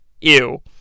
Ew